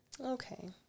Okay